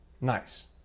nice